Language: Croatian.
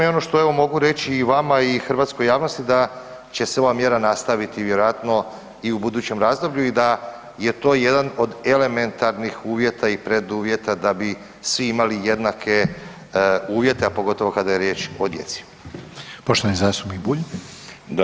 I ono što evo mogu reći i vama i hrvatskoj javnosti da će se ova mjera nastaviti vjerojatno i u budućem razdoblju i da je to jedan od elementarnih uvjeta i preduvjeta da bi svi imali jednake uvjete, a pogotovo kada je riječ o djeci.